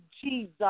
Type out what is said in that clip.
Jesus